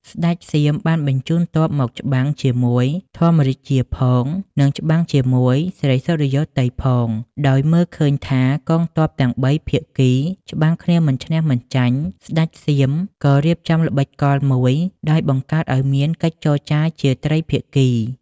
ស្ដេចសៀមបានបញ្ជូនទ័ពមកច្បាំងជាមួយ ធម្មរាជាផង និងច្បាំងជាមួយ ស្រីសុរិយោទ័យផង ដោយមើលឃើញថាកងទ័ពទាំងបីភាគី ច្បាំងគ្នាមិនឈ្នះមិនចាញ់ ស្ដេចសៀមក៏រៀបចំល្បិចកលមួយ ដោយបង្កើតឱ្យមានកិច្ចចរចារជាត្រីភាគី។